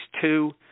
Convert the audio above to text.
two